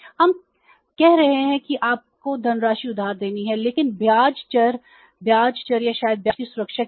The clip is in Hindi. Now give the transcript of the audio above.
हम कह रहे हैं कि आपको धनराशि उधार देनी होगी लेकिन ब्याज चर या शायद ब्याज की सुरक्षा के लिए